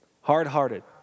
Hard-hearted